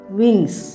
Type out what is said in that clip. wings